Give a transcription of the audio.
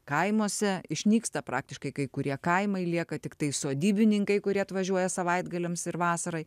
kaimuose išnyksta praktiškai kai kurie kaimai lieka tiktai sodybininkai kurie atvažiuoja savaitgaliams ir vasarai